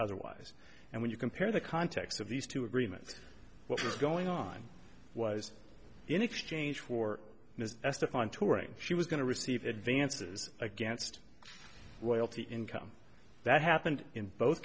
otherwise and when you compare the context of these two agreements what was going on was in exchange for mystifying touring she was going to receive advances against loyalty income that happened in both